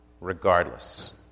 regardless